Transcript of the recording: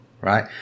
Right